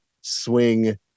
swing